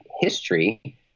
history—